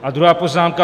A druhá poznámka.